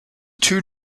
two